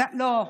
לא.